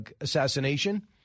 assassination